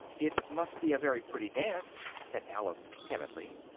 it must be a very pretty dance, said alice timidly.